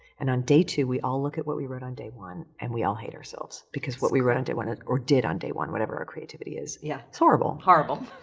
and on day two we all look at what we wrote on day one and we all hate ourselves. because what we wrote on day one is, or did on day one, whatever our creativity is, is yeah horrible. horrible.